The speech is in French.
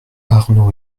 arnaud